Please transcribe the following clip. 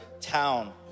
town